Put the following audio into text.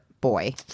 Boy